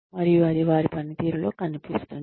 మరియు అది వారి పనితీరులో కనిపిస్తుంది